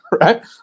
right